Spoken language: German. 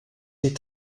die